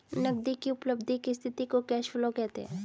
नगदी की उपलब्धि की स्थिति को कैश फ्लो कहते हैं